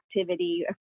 activity